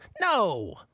No